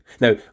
Now